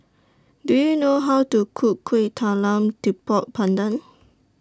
Do YOU know How to Cook Kueh Talam Tepong Pandan